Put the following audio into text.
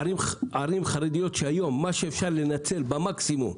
ערים חרדיות שהיום מה שאפשר לנצל במקסימום,